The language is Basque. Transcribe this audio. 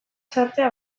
sartzea